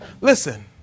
Listen